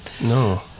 no